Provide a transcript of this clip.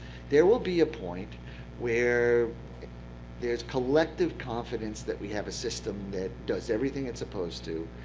there will be a point where there is collective confidence that we have a system that does everything it's supposed to,